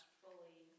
fully